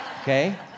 okay